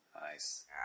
nice